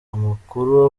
amakuru